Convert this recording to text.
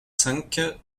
cinq